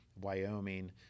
Wyoming